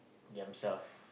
themselves